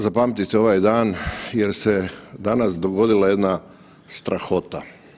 Zapamtite ovaj dan jer se danas dogodila jedna strahota.